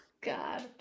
God